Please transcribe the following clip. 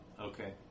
Okay